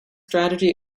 strategy